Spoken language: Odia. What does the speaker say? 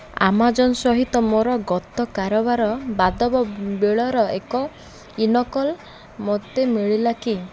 ଆମାଜନ୍ ସହିତ ମୋର ଗତ କାରବାର ବାବଦ ବିଲ୍ର ଏକ ଇ ନକଲ ମୋତେ ମିଳିଲା କି